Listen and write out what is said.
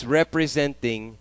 representing